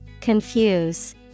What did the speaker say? Confuse